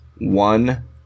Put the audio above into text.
one